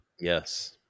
Yes